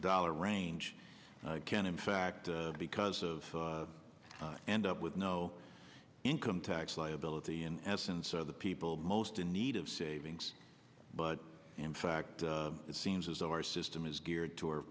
dollars range can in fact because of end up with no income tax liability in essence are the people most in need of savings but in fact it seems as though our system is geared toward